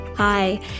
Hi